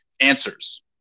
answers